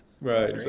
Right